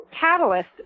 Catalyst